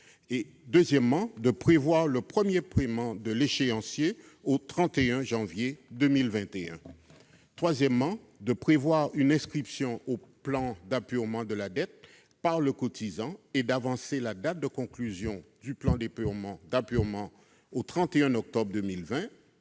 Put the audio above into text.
également de prévoir le premier paiement de l'échéancier au 31 janvier 2021. Enfin, nous proposons de prévoir une inscription au plan d'apurement de la dette par le cotisant et d'avancer la date de conclusion du plan d'apurement au 31 octobre 2020